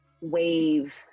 wave